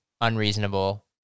unreasonable